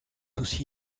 aussi